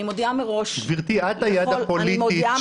אני מודיעה מראש לכל --- גברתי,